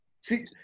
see